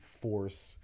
force